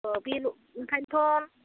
अ बे ओंखायनोथ'